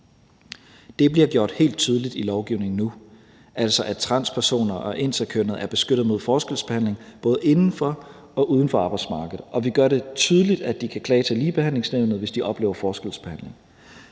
Det bliver gjort helt tydeligt i lovgivningen nu, at transpersoner og interkønnede er beskyttet mod forskelsbehandling, både inden for og uden for arbejdsmarkedet, og vi gør det tydeligt, at de kan klage til Ligebehandlingsnævnet, hvis de oplever forskelsbehandling.